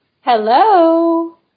Hello